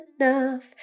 enough